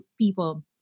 people